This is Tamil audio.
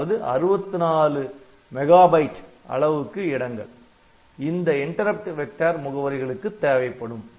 அதாவது 64 MB அளவுக்கு இடங்கள் இந்த இன்டரப்ட் வெக்டர் முகவரிகளுக்கு தேவைப்படும்